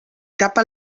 tapa